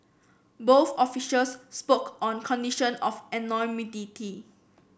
both officials spoke on condition of anonymity